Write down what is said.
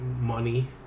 money